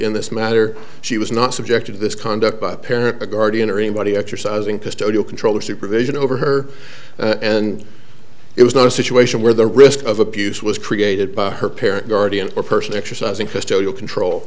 in this matter she was not subjected to this con by parent the guardian or anybody exercising custodial control or supervision over her and it was not a situation where the risk of abuse was created by her parent guardian or person exercising custodial control